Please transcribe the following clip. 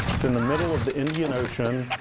it's in the middle of the indian ocean,